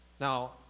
Now